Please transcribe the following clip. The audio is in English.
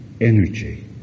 energy